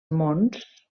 mons